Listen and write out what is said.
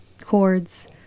chords